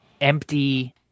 empty